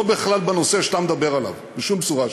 בכלל לא בנושא שאתה מדבר עליו, בשום צורה שהיא.